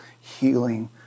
healing